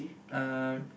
um